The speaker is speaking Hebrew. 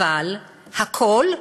אבל, הכול,